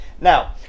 now